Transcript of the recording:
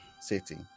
city